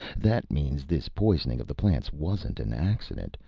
that means this poisoning of the plants wasn't an accident.